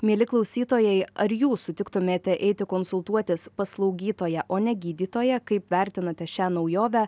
mieli klausytojai ar jūs sutiktumėte eiti konsultuotis pas slaugytoją o ne gydytoją kaip vertinate šią naujovę